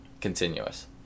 Continuous